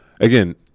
Again